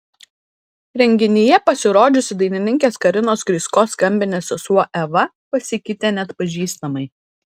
renginyje pasirodžiusi dainininkės karinos krysko skambinės sesuo eva pasikeitė neatpažįstamai